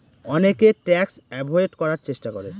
অনেকে tax avoid করার চেষ্টা করে